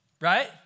right